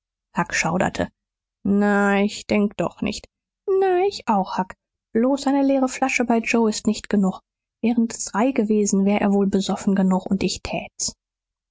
huck schauderte na ich denk doch nicht na ich auch huck bloß eine leere flasche bei joe ist nicht genug wären's drei gewesen wär er wohl besoffen genug und ich tät's